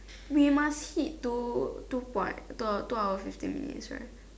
we must hit to two point two two hour two hour fifteen minutes right